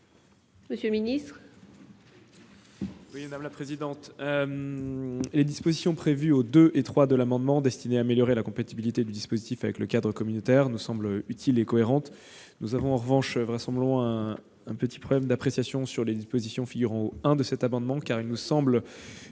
monsieur le ministre,